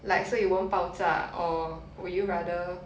like so you won't 爆炸 or would you rather